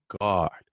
God